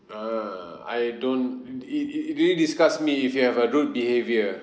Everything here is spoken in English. err I don't it it it it really disgust me if you have a rude behaviour